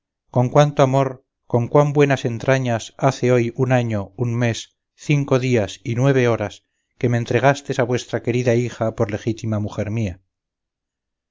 con cuánto amor con cuán buenas entrañas hace hoy un año un mes cinco días y nueve horas que me entregastes a vuestra querida hija por legítima mujer mía